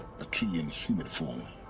a key in human form